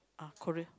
ah Korean